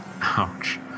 Ouch